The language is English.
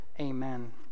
Amen